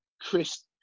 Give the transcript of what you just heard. chris